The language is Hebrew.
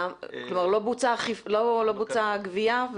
כלומר, לא בוצעה גבייה.